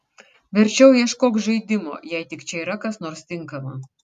verčiau ieškok žaidimo jei tik čia yra kas nors tinkama